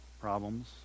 problems